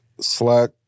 Slack